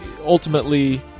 ultimately